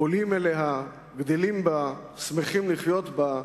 עולים אליה, גדלים בה, שמחים לחיות בה,